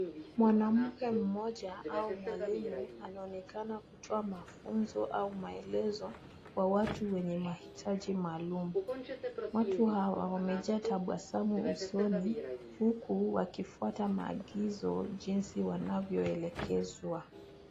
Mwanamke mmoja au mwalimu anaonekana kutoa mafunzo au maelelzo kwa watu wenye mahitaji maalum. Watu hawa wamejaa tabasamu usoni huku wakifuata maagizo jinsi wanavyoelekezwa.